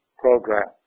program